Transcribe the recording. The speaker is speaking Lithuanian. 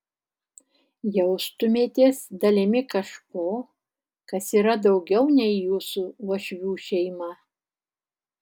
jaustumėtės dalimi kažko kas yra daugiau nei jūsų uošvių šeima